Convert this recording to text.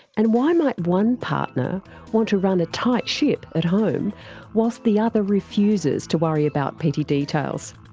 and why might one partner want to run a tight ship at home whilst the other refuses to worry about petty details.